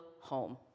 home